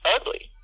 ugly